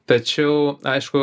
tačiau aišku